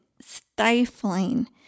stifling